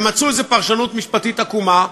הם מצאו איזו פרשנות משפטית עקומה,